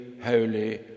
holy